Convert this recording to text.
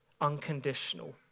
unconditional